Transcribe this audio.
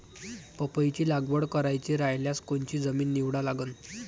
पपईची लागवड करायची रायल्यास कोनची जमीन निवडा लागन?